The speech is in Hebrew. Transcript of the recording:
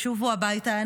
ישובו הביתה.